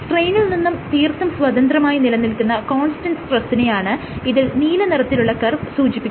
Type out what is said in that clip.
സ്ട്രെയ്നിൽ നിന്നും തീർത്തും സ്വതന്ത്രമായി നിലനിൽക്കുന്ന കോൺസ്റ്റന്റ് സ്ട്രെസ്സിനെയാണ് ഇതിൽ നീല നിറത്തിലുള്ള കർവ് സൂചിപ്പിക്കുന്നത്